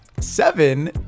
seven